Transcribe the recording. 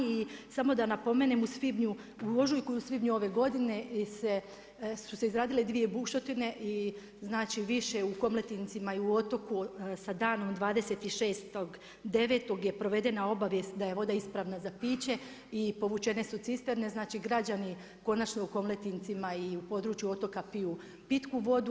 I samo da napomenem u svibnju, u ožujku i u svibnju ove godine su se izradile dvije bušotine i znači više u Komletincima i u otoku sa danom 26.09. je provedena obavijest da je voda ispravna za piće i povućene su cisterne, znači građani konačno u Komletincima i u području otoka pitku vodu.